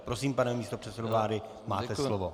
Prosím, pane místopředsedo vlády, máte slovo.